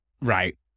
right